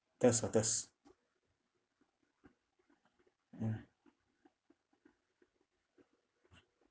test ah test mm